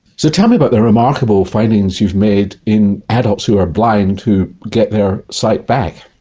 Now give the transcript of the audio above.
so tell me about the remarkable findings you've made in adults who are blind who get their sight back.